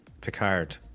Picard